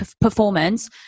performance